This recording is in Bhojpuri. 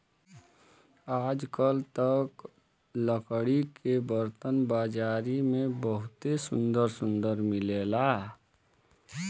आजकल त लकड़ी के बरतन बाजारी में बहुते सुंदर सुंदर मिलेला